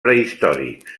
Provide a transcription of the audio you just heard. prehistòrics